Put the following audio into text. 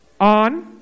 on